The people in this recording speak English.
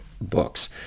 books